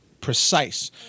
precise